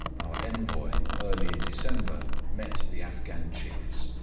our envoy early in december met the afghan chiefs,